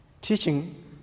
teaching